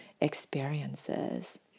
experiences